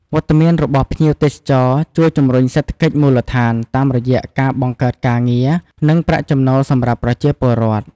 វត្តមានរបស់ភ្ញៀវទេសចរជួយជំរុញសេដ្ឋកិច្ចមូលដ្ឋាន តាមរយៈការបង្កើតការងារ និងប្រាក់ចំណូលសម្រាប់ប្រជាពលរដ្ឋ។